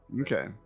Okay